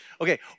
Okay